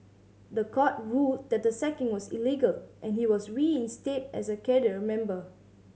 the court ruled that the sacking was illegal and he was reinstated as a cadre member